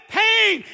pain